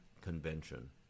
convention